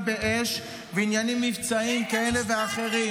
באש ועניינים מבצעיים כאלה ואחרים.